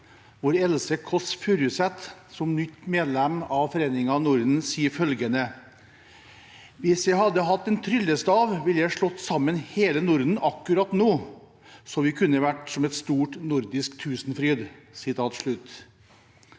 hvor Else Kåss Furuseth som nytt medlem av Foreningen Norden sier følgende: «Hvis jeg hadde hatt en tryllestav, ville jeg slått sammen hele Norden akkurat nå, så kunne vi vært som et stort nordisk Tusenfryd.»